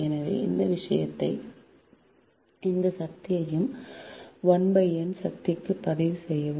எனவே இந்த விஷயத்தையும் இந்த சக்தியையும் 1 n சக்திக்கு பதிவு செய்யவும்